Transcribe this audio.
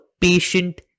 patient